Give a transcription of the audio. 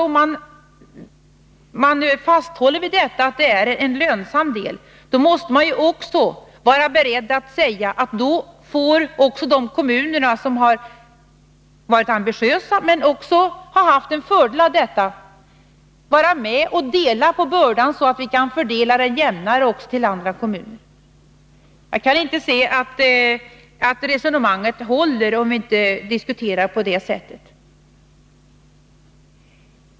Om man vidhåller att barnomsorgsutbyggnaden är en lönsam del, måste man vara beredd att säga att de kommuner som varit ambitiösa och haft en fördel av detta också bör vara med och dela på bördan så att det blir en jämnare fördelning även för andra kommuner. Jag kan inte se att resonemanget håller om vi inte diskuterar på detta sätt.